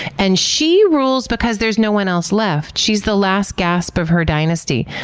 and she rules because there's no-one else left. she's the last gasp of her dynasty.